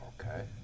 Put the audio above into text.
okay